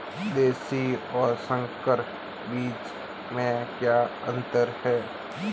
देशी और संकर बीज में क्या अंतर है?